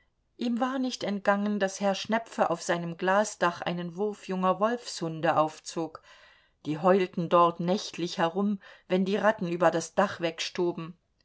ihm war nicht entgangen daß herr schnepfe auf seinem glasdach einen wurf junger wolfshunde aufzog die heulten dort nächtlich herum wenn die ratten über das dach wegstoben